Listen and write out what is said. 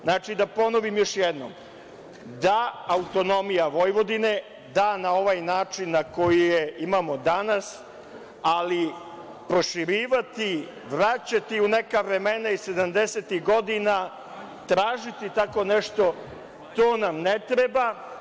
Znači, da ponovim još jednom, da - autonomija Vojvodine, da - na ovaj način na koji je imamo danas, ali proširivati, vraćati u neka vremena iz sedamdesetih godina, tražiti tako nešto, to nam ne treba.